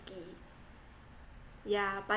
yeah but